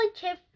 chip